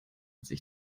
sich